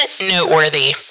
Noteworthy